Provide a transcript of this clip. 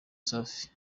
safi